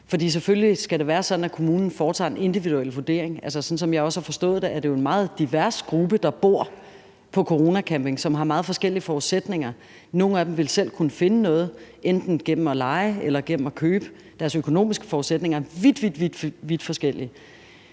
For selvfølgelig skal det være sådan, at kommunen foretager en individuel vurdering. Sådan som jeg også har forstået det, er det jo en meget divers gruppe, der bor på Corona Camping, og de har meget forskellige forudsætninger. Nogle af dem vil selv kunne finde noget, enten gennem at leje eller gennem at købe. Deres økonomiske forudsætninger er vidt, vidt forskellige.